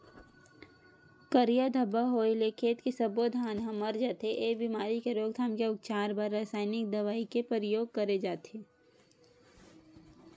करिया धब्बा होय ले खेत के सब्बो धान ह मर जथे, ए बेमारी के रोकथाम के उपचार बर रसाइनिक दवई के परियोग करे जाथे